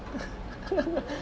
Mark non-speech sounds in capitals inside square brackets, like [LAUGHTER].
[LAUGHS]